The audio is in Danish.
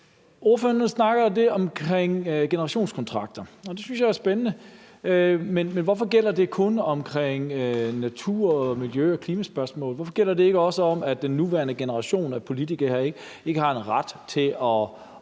Ordføreren snakker om generationskontrakter, og det synes jeg er spændende, men hvorfor gælder det kun for natur-, miljø- og klimaspørgsmål? Hvorfor gælder det ikke også, i forhold til at den nuværende generation af politikere ikke har en ret til at forgælde den